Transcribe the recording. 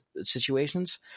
situations